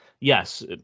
yes